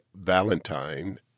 Valentine